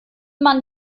man